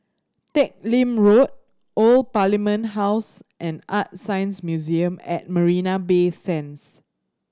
Teck Lim Road Old Parliament House and ArtScience Museum at Marina Bay Sands